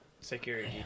Security